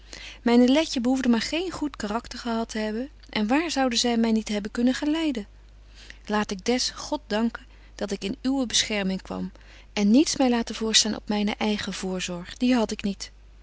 myne letje behoefde maar geen goed karakter gehad te hebben en waar zoude zy my niet hebben kunnen geleiden laat ik des god danken dat ik in uwe bescherming kwam en niets my laten voorstaan op betje wolff en aagje deken historie van mejuffrouw sara burgerhart myne eige voorzorg die had ik niet